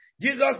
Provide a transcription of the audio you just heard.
Jesus